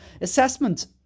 assessment